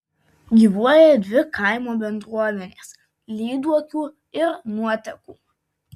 gyvuoja dvi kaimo bendruomenės lyduokių ir nuotekų